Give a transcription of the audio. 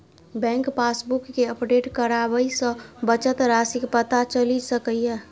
bank passbook कें update कराबय सं बचत राशिक पता चलि सकैए